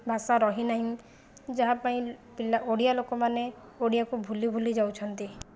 ଭାଷା ରହିନାହିଁ ଯାହା ପାଇଁ ପିଲା ଓଡ଼ିଆ ଲୋକମାନେ ଓଡ଼ିଆକୁ ଭୁଲି ଭୁଲି ଯାଉଛନ୍ତି